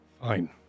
Fine